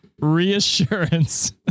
reassurance